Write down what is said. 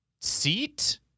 seat